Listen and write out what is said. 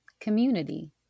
community